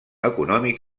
econòmic